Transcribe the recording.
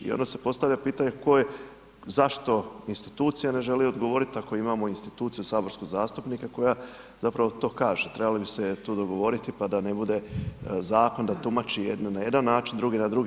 I onda se postavlja pitanje tko je, zašto institucija ne želi odgovoriti ako imamo instituciju od saborskog zastupnika koja zapravo to kaže, trebalo bi se tu dogovoriti pa da ne bude zakon da tumači jedan na jedan način, drugi na drugi.